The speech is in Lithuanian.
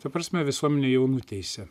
ta prasme visuomenė jau nuteisė